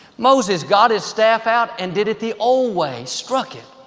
moses got his staff out and did it the old way, struck it.